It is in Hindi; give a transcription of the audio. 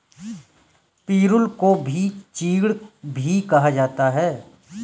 पिरुल को ही चीड़ भी कहा जाता है